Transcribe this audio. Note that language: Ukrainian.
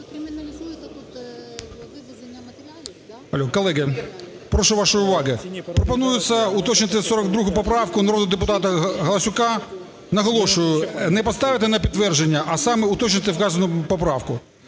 Колеги, прошу вашої уваги. Пропонується уточнити 42 поправку народного депутата Галасюка. Наголошую, не поставити на підтвердження, а саме уточнити вказану поправку.